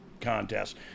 contest